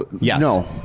no